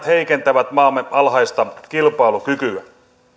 heikentävät maamme alhaista kilpailukykyä